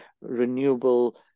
renewable